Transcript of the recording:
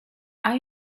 are